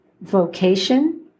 vocation